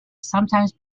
sometimes